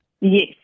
Yes